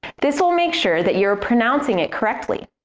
this will make sure that you are pronouncing it correctly.